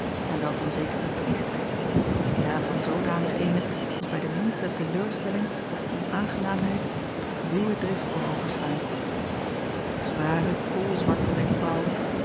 en wel van zekere driestheid ja van zoodanig eene als bij de minste te leur stelling of onaangenaamheid tot ruwe drift kon overslaan ware koolzwarte wenkbraauwen